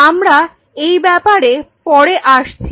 আমরা এই ব্যাপারে পরে আসছি